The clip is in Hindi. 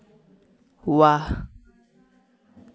वह